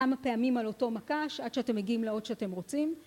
כמה הפעמים על אותו מקש עד שאתם מגיעים לעוד שאתם רוצים